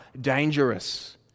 dangerous